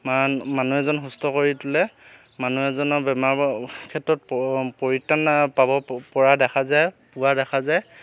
মান মানুহ এজন সুস্থ কৰি তোলে মানুহ এজনৰ বেমাৰ ক্ষেত্ৰত প পৰিত্ৰাণ পাব পৰা দেখা যায় পোৱা দেখা যায়